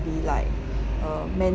be like uh mental